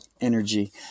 energy